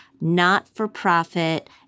not-for-profit